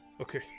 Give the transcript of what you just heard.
okay